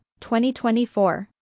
2024